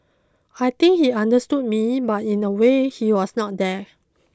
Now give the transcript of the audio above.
I think he understood me but in a way he was not there